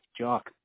Jock